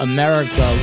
America